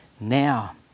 now